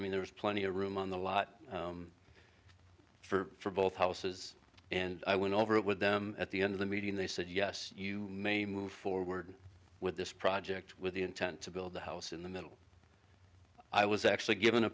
mean there was plenty of room on the lot for both houses and i went over it with them at the end of the meeting they said yes you may move forward with this project with the intent to build the house in the middle i was actually given a